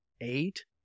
eight